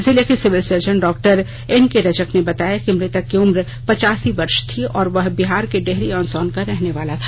जिले के civil surgeon doctor N K Rajak ने बताया कि मृतक की उम्र पचासी वर्ष थी और वह बिहार के डेहरी ऑन सोन का रहनेवाला था